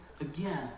Again